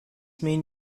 mean